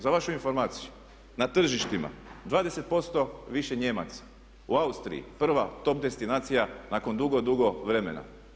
Za vašu informaciju na tržištima je 20% više Nijemaca, u Austriji prva top destinacija nakon dugo, dugo vremena.